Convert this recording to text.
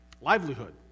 livelihood